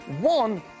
one